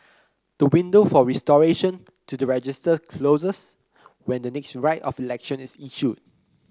the window for restoration to the registers closes when the next Writ of Election is issued